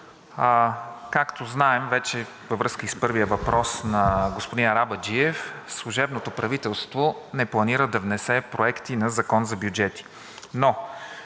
Както знаем вече, във връзка и с първия въпрос на господин Арабаджиев, служебното правителство не планира да внесе проекти на закон за бюджета.